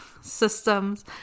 systems